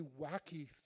wacky